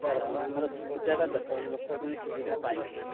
ତା'ର ଆମର ସୁବିଧାଟା ଦେଖ ଲୋକ କେମିତି ସୁବିଧା ପାଇବେ